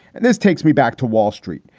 and this takes me back to wall street.